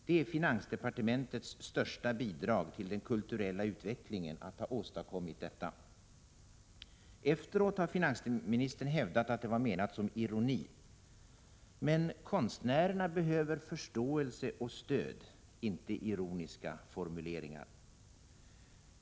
Det är finansdepartementets största bidrag till den kulturella utvecklingen att ha åstadkommit detta.” Efteråt har finansministern hävdat att det var menat som ironi. Men konstnärerna behöver förståelse och stöd, inte ironiska formuleringar.